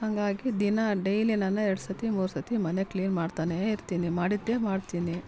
ಹಂಗಾಗಿ ದಿನಾ ಡೈಲಿ ನಾನು ಎರ್ಡು ಸರ್ತಿ ಮೂರು ಸರ್ತಿ ಮನೆ ಕ್ಲೀನ್ ಮಾಡ್ತಾನೇ ಇರ್ತೀನಿ ಮಾಡಿದ್ದೇ ಮಾಡ್ತಿನಿ